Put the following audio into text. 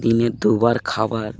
দিনের দুবার খাবার